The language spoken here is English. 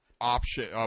option